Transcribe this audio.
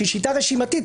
שהיא שיטה רשימתית,